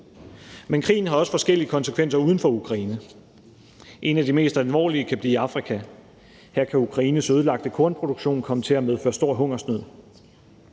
Men krigen har også forskellige konsekvenser uden for Ukraine. En af de mest alvorlige kan blive i Afrika. Her kan Ukraines ødelagte kornproduktion komme til at medføre stor hungersnød.